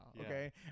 Okay